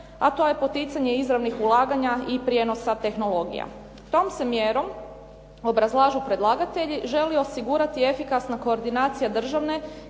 a to je poticanje izravnih ulaganja i prijenosa tehnologija. Tom se mjerom obrazlažu predlagatelji želi osigurati efikasna koordinacija državne